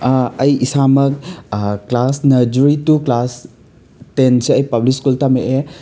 ꯑꯩ ꯏꯁꯥꯃꯛ class nursery two class ꯇꯦꯟꯁꯦ ꯑꯩ ꯄꯕ꯭ꯂꯤꯛ ꯁ꯭ꯀꯨꯜꯗ ꯇꯝꯃꯛꯑꯦ